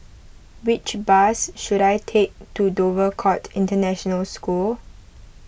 which bus should I take to Dover Court International School